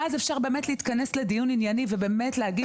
ואז אפשר באמת להתכנס לדיון ענייני ובאמת להגיד